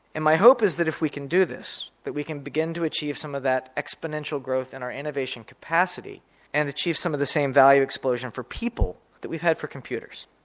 and my hope is that if we can do this that we can begin to achieve some of that exponential growth in our innovation capacity and achieve some of the same value explosion for people that we've had for computers.